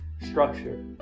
structure